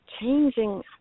changing